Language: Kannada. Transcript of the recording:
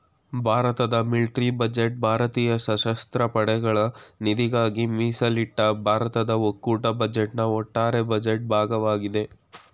ಭಾರತದ ಮಿಲ್ಟ್ರಿ ಬಜೆಟ್ ಭಾರತೀಯ ಸಶಸ್ತ್ರ ಪಡೆಗಳ ನಿಧಿಗಾಗಿ ಮೀಸಲಿಟ್ಟ ಭಾರತದ ಒಕ್ಕೂಟ ಬಜೆಟ್ನ ಒಟ್ಟಾರೆ ಬಜೆಟ್ ಭಾಗವಾಗಿದೆ